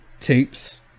tapes